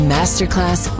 Masterclass